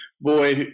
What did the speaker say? boy